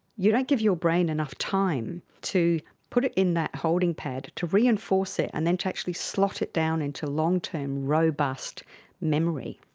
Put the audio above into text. you don't give your brain enough time to put it in that holding pad to reinforce it and then to actually slot it down into long-term robust memory.